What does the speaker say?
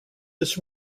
this